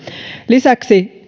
lisäksi